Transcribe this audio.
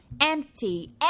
Empty